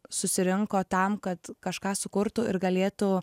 susirinko tam kad kažką sukurtų ir galėtų